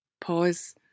Pause